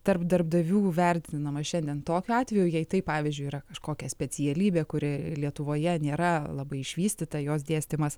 tarp darbdavių vertinamas šiandien tokiu atveju jei tai pavyzdžiui yra kažkokia specialybė kuri lietuvoje nėra labai išvystyta jos dėstymas